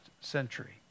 century